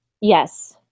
yes